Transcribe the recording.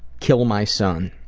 kill my son.